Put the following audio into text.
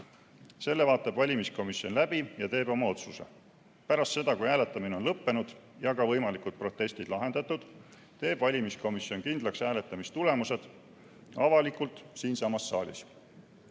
Selle vaatab valimiskomisjon läbi ja teeb oma otsuse. Pärast seda, kui hääletamine on lõppenud ja ka võimalikud protestid lahendatud, teeb valimiskomisjon kindlaks hääletamistulemused avalikult siinsamas saalis.